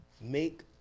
Make